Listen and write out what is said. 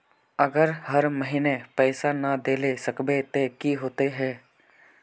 अगर हर महीने पैसा ना देल सकबे ते की होते है?